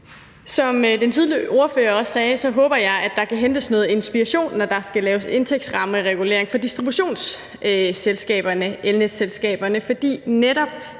Som den tidligere ordfører sagde, håber jeg også, at der kan hentes noget inspiration, når der skal laves indtægtsrammeregulering for distributionsselskaberne, elnetselskaberne, for det